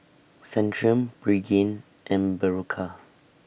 Centrum Pregain and Berocca